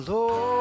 Lord